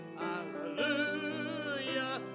Hallelujah